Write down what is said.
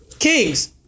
Kings